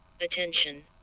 Attention